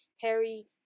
Harry